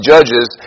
Judges